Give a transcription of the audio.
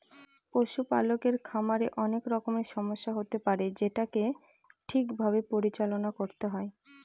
পশুপালকের খামারে অনেক রকমের সমস্যা হতে পারে যেটাকে ঠিক ভাবে পরিচালনা করতে হয়